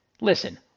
Listen